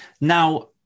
Now